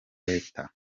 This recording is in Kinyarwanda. leta